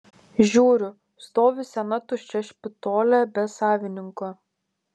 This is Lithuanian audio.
žiūriu stovi sena tuščia špitolė be savininko